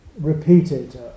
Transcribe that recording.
repeated